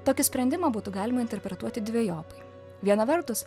tokį sprendimą būtų galima interpretuoti dvejopai viena vertus